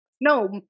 no